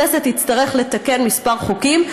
הכנסת תצטרך לתקן כמה חוקים,